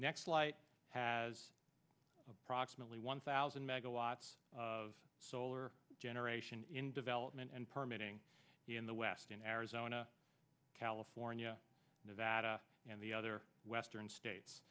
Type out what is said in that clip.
next flight has approximately one thousand megawatts of solar generation in development and permitting in the west in arizona california nevada and the other western states